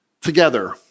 together